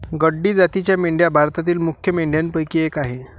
गड्डी जातीच्या मेंढ्या भारतातील मुख्य मेंढ्यांपैकी एक आह